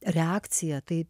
reakciją tai